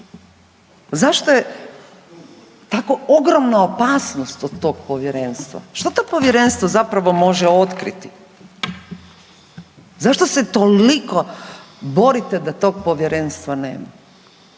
Zašto je tako ogromna opasnost od tog Povjerenstva? Što to Povjerenstvo zapravo može otkriti? Zašto se toliko borite da tog Povjerenstva nema?